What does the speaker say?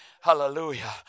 Hallelujah